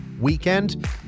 weekend